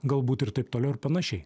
galbūt ir taip toliau ir panašiai